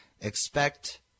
expect